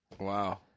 Wow